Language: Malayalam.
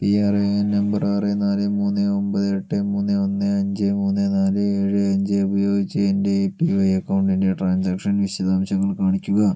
പി ആർ എ എൻ നമ്പർ ആറ് നാല് മൂന്ന് ഒൻപത് എട്ട് മൂന്ന് ഒന്ന് അഞ്ച് മൂന്ന് നാല് ഏഴ് അഞ്ച് ഉപയോഗിച്ച് എൻ്റെ എ പി വൈ അക്കൗണ്ടിൻ്റെ ട്രാൻസാക്ഷൻ വിശദാംശങ്ങൾ കാണിക്കുക